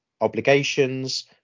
obligations